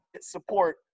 support